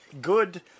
good